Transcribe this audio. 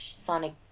Sonic